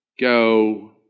go